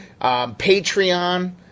Patreon